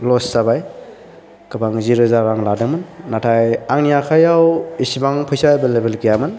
ल'स जाबाय गोबां जि रोजा रां लादोंमोन नाथाय आंनि आखाइआव इसेबां फैसा एभैलेबोल गैयामोन